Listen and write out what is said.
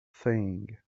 thing